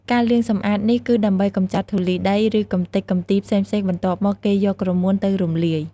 ការលាងសម្អាតនេះគឺដើម្បីកម្ចាត់ធូលីដី ឬកំទេចកំទីផ្សេងៗបន្ទាប់មក គេយកក្រមួនទៅរំលាយ។